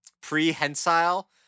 Prehensile